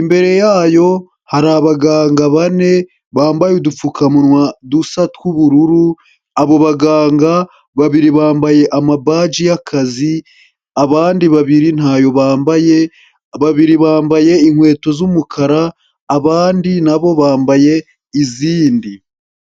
Imbere yayo hari abaganga bane bambaye udupfukamunwa dusa tw'ubururu, abo baganga babiri bambaye amabaji y'akazi. Abandi babiri ntayo bambaye, babiri bambaye inkweto z'umukara. Abandi na bo bambaye izindi.